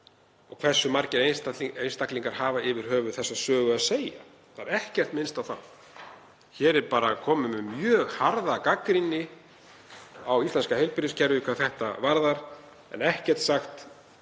og hversu margir einstaklingar hafi yfir höfuð þessa sögu að segja. Ekkert er minnst á það. Hér er bara komið með mjög harða gagnrýni á íslenska heilbrigðiskerfið hvað það varðar en ekkert sagt